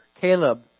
Caleb